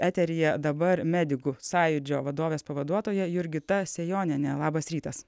eteryje dabar medikų sąjūdžio vadovės pavaduotoja jurgita sejonienė labas rytas